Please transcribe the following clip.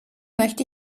möchte